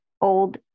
old